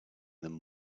them